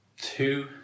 Two